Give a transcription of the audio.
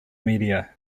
media